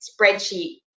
spreadsheet